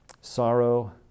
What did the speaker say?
Sorrow